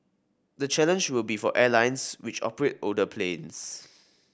the challenge will be for airlines which operate older planes